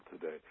today